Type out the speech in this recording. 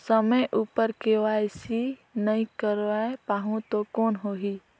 समय उपर के.वाई.सी नइ करवाय पाहुं तो कौन होही?